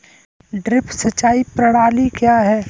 Drip सिंचाई प्रणाली क्या है?